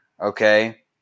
okay